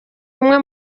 umwe